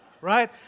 Right